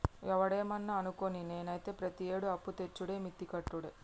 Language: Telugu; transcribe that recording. ఒవడేమన్నా అనుకోని, నేనైతే ప్రతియేడూ అప్పుతెచ్చుడే మిత్తి కట్టుడే